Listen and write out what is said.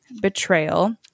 Betrayal